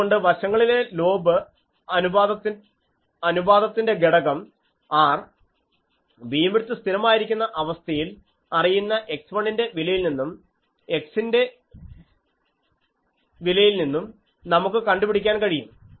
അതുകൊണ്ട് വശങ്ങളിലെ ലോബ് അനുപാതത്തിന്റെ ഘടകം R ബിംവിഡ്ത്ത് സ്ഥിരം ആയിരിക്കുന്ന അവസ്ഥയിൽ അറിയുന്ന x1 ന്റെ വിലയിൽ നിന്നും x ന്റെ വിലയിൽ നിന്നും നമുക്ക് കണ്ടുപിടിക്കാൻ കഴിയും